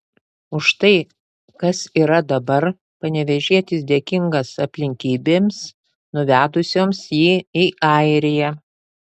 už tai kas yra dabar panevėžietis dėkingas aplinkybėms nuvedusioms jį į airiją